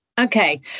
Okay